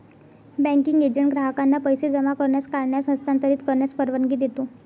banking agent ग्राहकांना पैसे जमा करण्यास, काढण्यास, हस्तांतरित करण्यास परवानगी देतो